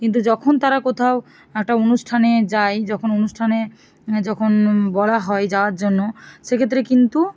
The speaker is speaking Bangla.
কিন্তু যখন তারা কোথাও একটা অনুষ্ঠানে যায় যখন অনুষ্ঠানে যখন বলা হয় যাওয়ার জন্য সেক্ষেত্রে কিন্তু